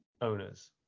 owners